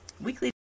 weekly